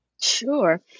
Sure